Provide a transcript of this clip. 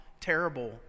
terrible